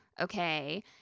Okay